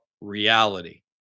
reality